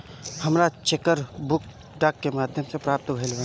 हमरा हमर cheque book डाक के माध्यम से प्राप्त भईल बा